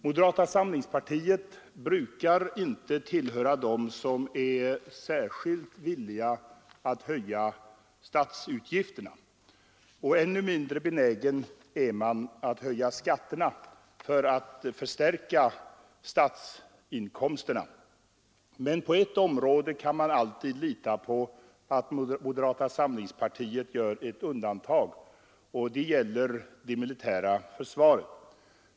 Moderata samlingspartiet brukar inte tillhöra dem som är särskilt villiga att höja statsutgifterna. Och ännu mindre benägen är man att höja skatterna för att förstärka statsinkomsterna. Men på ett område kan man alltid lita på att moderata samlingspartiet gör ett undantag, och det gäller det militära försvaret.